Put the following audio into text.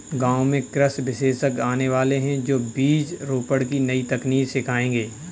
गांव में कृषि विशेषज्ञ आने वाले है, जो बीज रोपण की नई तकनीक सिखाएंगे